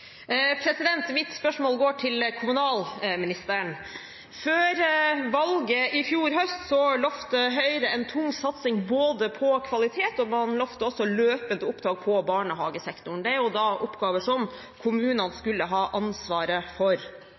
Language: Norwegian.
Mitt spørsmål går til kommunalministeren. Før valget i fjor høst lovet Høyre en tung satsing både på kvalitet og på løpende opptak i barnehagesektoren. Det er oppgaver som kommunene skulle ha ansvaret for.